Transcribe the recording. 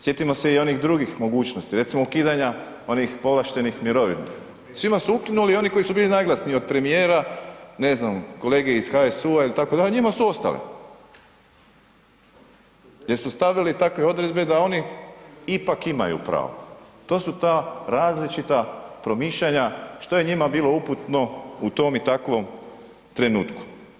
Sjetimo se i onih drugih mogućnosti, recimo ukidanja onih povlaštenih mirovina, svim su ukinuli i oni koji su bili najglasniji od premijera, ne znam, kolege iz HSU-a itd., njima su ostale jer su stavili takve odredbe da oni ipak imaju pravo, to su ta različita promišljanja što je njima bili uputno u tom i takvom trenutku.